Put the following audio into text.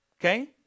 Okay